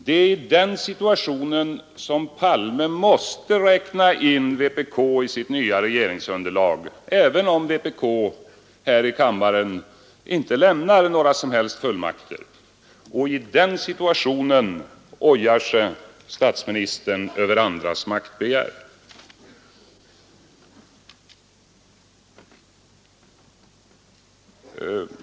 Det är i den situationen som statsminister Palme i sitt nya regeringsunderlag måste räkna in vänsterpartiet kommunisterna, även om vpk här i kammaren inte lämnar några som helst fullmakter. Inför den situationen ojar sig statsministern över andras maktbegär!